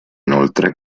inoltre